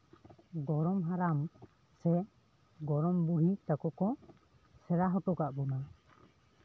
ᱜᱚᱲᱚᱢ ᱦᱟᱲᱟᱢ ᱥᱮ ᱜᱚᱲᱚᱢ ᱵᱩᱲᱦᱤ ᱛᱟᱠᱚ ᱠᱚ ᱥᱮᱬᱟ ᱦᱚᱴᱚ ᱠᱟᱜ ᱵᱚᱱᱟ